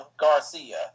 Garcia